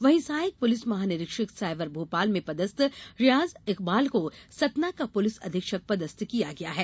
वहीं सहायक पुलिस महानिरीक्षक सायबर भोपाल में पदस्थ रियाज इकबाल को सतना का पुलिस अधीक्षक पदस्थ किया गया है